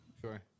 Sure